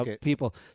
people